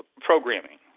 programming